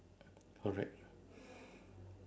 correct